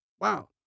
Wow